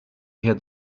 had